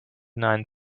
nine